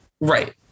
Right